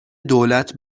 دولت